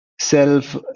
self